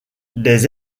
des